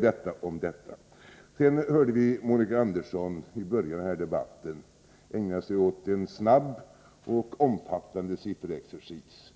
Detta om detta! Sedan hörde vi Monica Andersson i början av den här debatten ägna sig åt en snabb och omfattande sifferexercis.